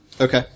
Okay